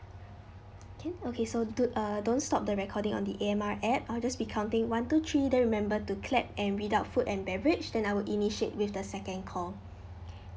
can okay so d~ uh don't stop the recording on the A_M_R app I will just be counting one two three then remember to clap and read out food and beverage then I will initiate with the second call